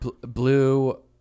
blue